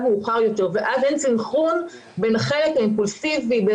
מאוחר יותר ואז אין סנכרון בין החלק האימפולסיבי,